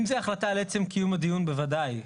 אם זה החלטה על עצם קיום הדיון, בוודאי.